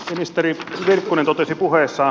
ministeri virkkunen totesi puheessaan